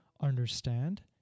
understand